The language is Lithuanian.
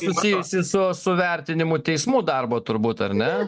susijusi su su vertinimu teismų darbo turbūt ar ne